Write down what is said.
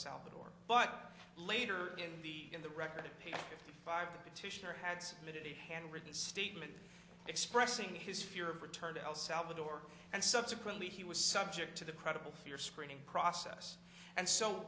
salvador but later in the in the record paid by the petitioner had submitted a handwritten statement expressing his fear of return to el salvador and subsequently he was subject to the credible fear screening process and so